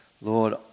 Lord